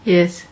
Yes